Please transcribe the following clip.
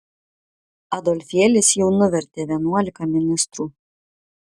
adolfėlis jau nuvertė vienuolika ministrų